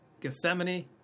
Gethsemane